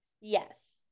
yes